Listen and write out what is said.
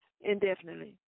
indefinitely